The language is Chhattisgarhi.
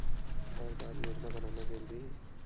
हर बार योजना बनाना जरूरी है?